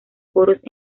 coros